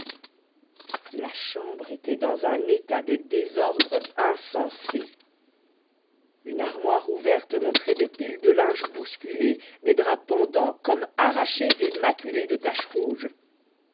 la chambre était dans un état de désordre insensé une armoire ouverte montrait des piles de linge bousculées des draps pendants comme arrachés et maculés de taches rouges